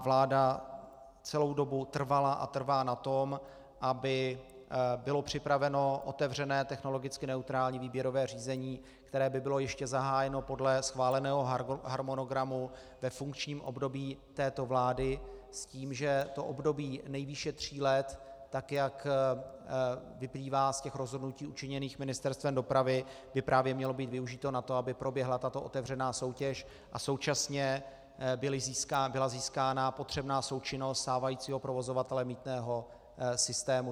Vláda celou dobu trvala a trvá na tom, aby bylo připraveno otevřené technologicky neutrální výběrové řízení, které by bylo ještě zahájeno podle schváleného harmonogramu ve funkčním období této vlády, s tím, že to období nejvýše tří let, tak jak vyplývá z těch rozhodnutí učiněných Ministerstvem dopravy, by právě mělo být využito na to, aby proběhla tato otevřená soutěž a současně byla získána potřebná součinnost stávajícího provozovatele mýtného systému.